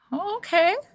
Okay